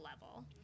level